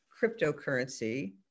cryptocurrency